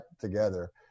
together